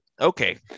okay